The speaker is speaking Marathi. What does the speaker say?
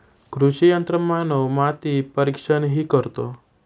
कृषी यंत्रमानव माती परीक्षणही करतो